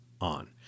on